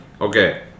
Okay